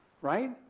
Right